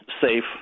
safe